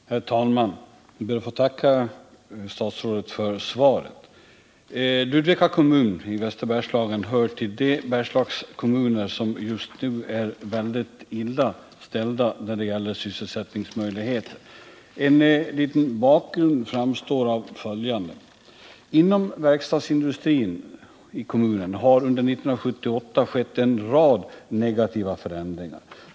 Herr talman! Jag ber att få tacka statsrådet för svaret. Ludvika kommun i Västerbergslagen hör till de Bergslagskommuner som just nu är mycket illa ställda när det gäller sysselsättning. Något av bakgrunden härtill framgår av följande. Inom verkstadsindustrin i kommunen har det under 1978 skett en rad negativa förändringar.